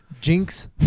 Jinx